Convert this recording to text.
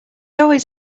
always